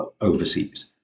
overseas